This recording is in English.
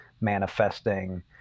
manifesting